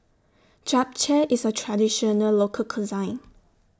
Japchae IS A Traditional Local Cuisine